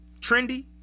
trendy